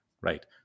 right